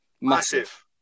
massive